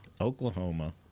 Oklahoma –